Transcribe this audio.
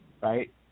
right